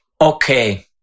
Okay